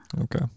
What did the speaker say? okay